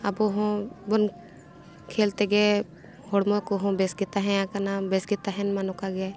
ᱟᱵᱚ ᱦᱚᱸᱵᱚᱱ ᱠᱷᱮᱞ ᱛᱮᱜᱮ ᱦᱚᱲᱢᱚ ᱠᱚᱦᱚᱸ ᱵᱮᱥ ᱜᱮ ᱛᱟᱦᱮᱸ ᱠᱟᱱᱟ ᱵᱮᱥ ᱜᱮ ᱛᱟᱦᱮᱱ ᱢᱟ ᱱᱚᱝᱠᱟ ᱜᱮ